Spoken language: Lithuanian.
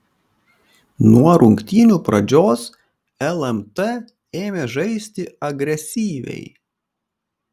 nuo rungtynių pradžios lmt ėmė žaisti agresyviai